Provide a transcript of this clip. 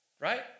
right